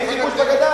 אין כיבוש בגדה?